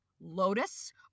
lotus